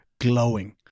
glowing